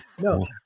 No